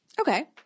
okay